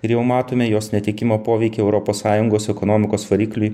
ir jau matome jos netekimo poveikį europos sąjungos ekonomikos varikliui